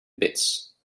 bits